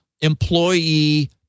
employee